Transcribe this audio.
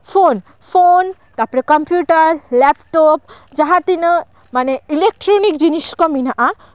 phone phone ᱛᱟᱨᱯᱚᱨᱮ computer laptop ᱡᱟᱦᱟᱸ ᱛᱤᱱᱟᱹᱜ ᱢᱟᱱᱮ ᱤᱞᱮᱠᱴᱨᱚᱱᱤᱠ ᱡᱤᱱᱤᱥ ᱠᱚ ᱢᱮᱱᱟᱜᱼᱟ